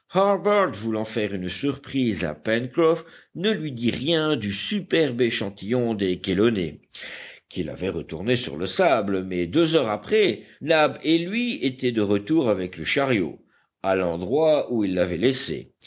harbert voulant faire une surprise à pencroff ne lui dit rien du superbe échantillon des chélonées qu'il avait retourné sur le sable mais deux heures après nab et lui étaient de retour avec le chariot à l'endroit où ils l'avaient laissé